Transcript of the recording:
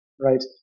right